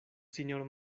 sinjoro